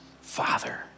father